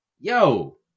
Yo